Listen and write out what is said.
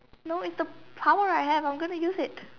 no it's the power I have I'm gonna use it